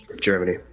Germany